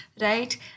right